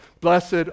Blessed